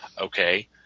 Okay